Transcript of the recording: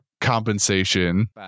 compensation